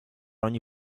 ogni